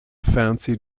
fancy